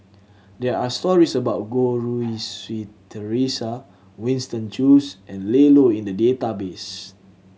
there are stories about Goh Rui Si Theresa Winston Choos and Ian Loy in the database